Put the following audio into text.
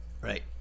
Right